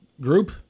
Group